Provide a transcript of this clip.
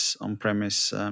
on-premise